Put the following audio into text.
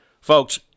Folks